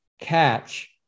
catch